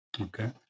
Okay